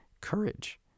courage